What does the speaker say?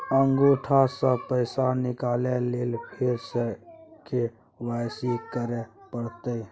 अंगूठा स पैसा निकाले लेल फेर स के.वाई.सी करै परतै?